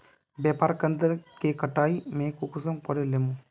व्यापार केन्द्र के कटाई में कुंसम करे लेमु?